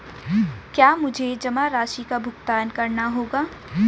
क्या मुझे जमा राशि का भुगतान करना होगा?